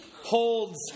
holds